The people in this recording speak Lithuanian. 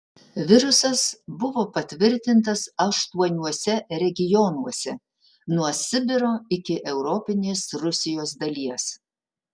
virusas buvo patvirtintas aštuoniuose regionuose nuo sibiro iki europinės rusijos dalies